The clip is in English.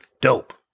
Dope